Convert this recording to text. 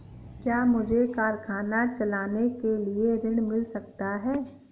क्या मुझे कारखाना चलाने के लिए ऋण मिल सकता है?